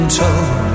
told